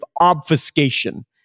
obfuscation